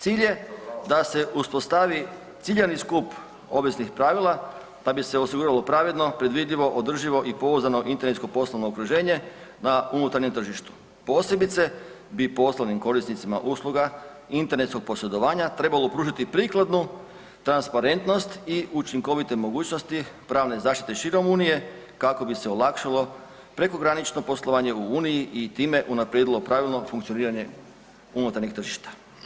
Cilj je da se uspostavi ciljani skup obaveznih pravila pa bi se osiguralo pravedno, predvidivo, održivo i pouzdano internetsko poslovno okruženje na unutarnjem tržištu, posebice bi poslovnim korisnicima usluga internetskog posredovanja trebalo pružiti prikladnu transparentnost i učinkovite mogućnosti pravne zaštite širom Unije kako bi se olakšalo prekogranično poslovanje u Uniji i time unaprijedilo pravilno funkcioniranje unutarnjeg tržišta.